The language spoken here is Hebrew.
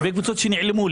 הרבה קבוצות שנעלמו,